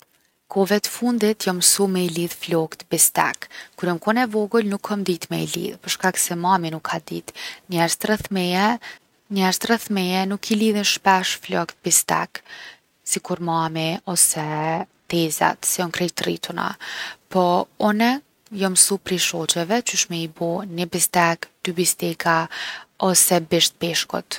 Kohve t’fundit jom msu me i lidh flokt bistek. Kur jom kon e vogel nuk kom dit me i lidh për shkak se mami nuk ka dit. Njerzt rreth meje- njerzt rreth meje nuk i lidhin shpesh flokt bistek sikur mami ose tezet se jon krejt t’rrituna. Po une jom msu prej shoqeve qysh me i bo ni bistek, dy bisteka, ose bisht t’peshkut.